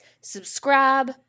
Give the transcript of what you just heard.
subscribe